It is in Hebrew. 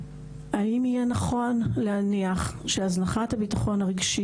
האם יהיה נכון להניח שהזנחת הבטחון הרגשי